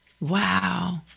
Wow